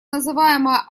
называемая